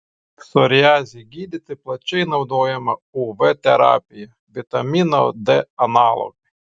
psoriazei gydyti plačiai naudojama uv terapija vitamino d analogai